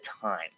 time